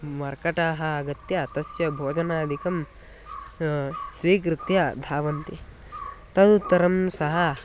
मर्कटाः आगत्य तस्य भोजनादिकं स्वीकृत्य धावन्ति तदुत्तरं सः